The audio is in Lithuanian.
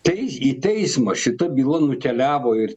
tai į teismą šita byla nukeliavo ir